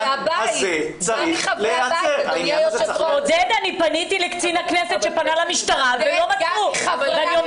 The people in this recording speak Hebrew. אני פניתי לקצין הכנסת שפנה למשטרה ולא מצאו.